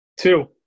Two